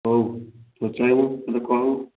ହଉ ପଚାରିବୁ ମୋତେ କହିବୁ